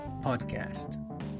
Podcast